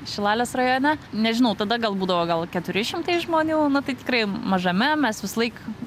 šilalės rajone nežinau tada gal būdavo gal keturi šimtai žmonių tai tikrai mažame mes vislaik